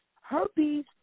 herpes